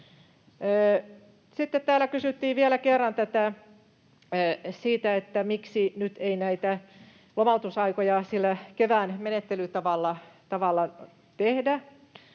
Sitten täällä kysyttiin vielä kerran siitä, miksi nyt ei näitä lomautusaikoja sillä kevään menettelytavalla tehdä.